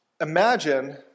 Imagine